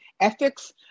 ethics